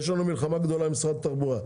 יש לנו מלחמה גדולה עם משרד התחבורה.